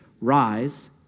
rise